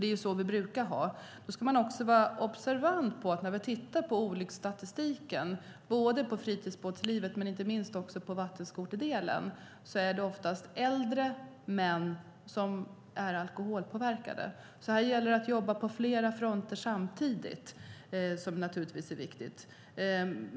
Det är så vi brukar ha det. Men man ska också vara observant på olycksstatistiken. Både med fritidsbåtar och inte minst med vattenskotrar drabbas oftast äldre män som är alkoholpåverkade. Det gäller alltså att jobba på flera fronter samtidigt.